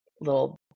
little